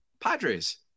Padres